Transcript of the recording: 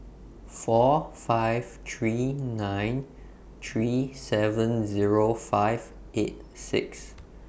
four five three nine three seven Zero five eight six